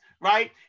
right